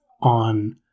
on